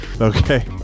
Okay